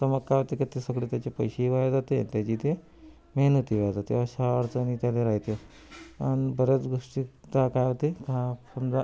तर मग काय होतं की ते सगळे त्याचे पैसेही वाया जाते त्याची ते मेहनतही वाया जाते अशा अडचणी त्याला राह्यते आणि बऱ्याच गोष्टी त्या काय होते हा समजा